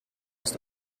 ist